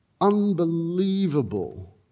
unbelievable